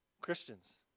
Christians